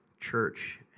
church